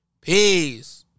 Peace